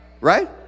right